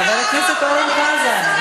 חבר הכנסת אורן חזן,